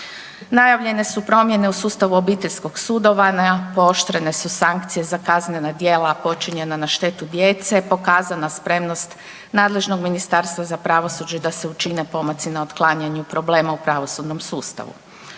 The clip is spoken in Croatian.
Najavljene su promjene u sustavu obiteljskog sudovanja, pooštrene su sankcije za kaznena djela počinjena na štetu djece, pokazana spremnost nadležnog Ministarstva za pravosuđe da se učine pomaci na otklanjanju problema u pravosudnom sustavu.